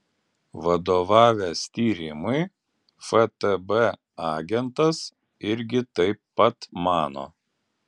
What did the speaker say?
vadovavęs tyrimui ftb agentas irgi taip pat mano